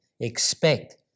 expect